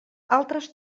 altres